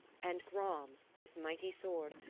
and gram, his mighty sword,